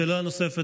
שאלה נוספת,